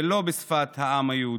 ולא בשפת העם היהודי.